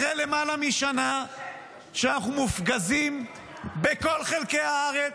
אחרי למעלה משנה שאנחנו מופגזים בכל חלקי הארץ,